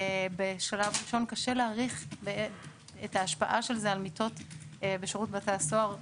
בשלב ראשון קשה להעריך את ההשפעה של זה על מיטות בשירות בתי הסוהר,